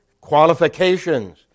qualifications